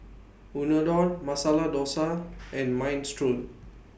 Unadon Masala Dosa and Minestrone